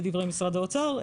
לדברי משרד האוצר,